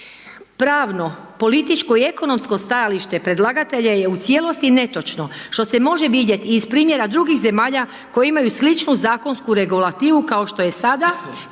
Pravno, političko i ekonomsko stajalište predlagatelja je u cijelosti netočno što se može vidjeti i iz primjera drugih zemalja koje imaju sličnu zakonsku regulativu kao što je sada,